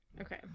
Okay